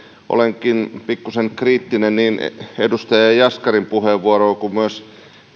olenkin pikkusen kriittinen niin edustaja jaskarin puheenvuoroon kuin myös